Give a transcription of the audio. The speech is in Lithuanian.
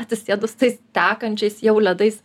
atsisėdus tais tekančiais jau ledais